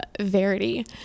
Verity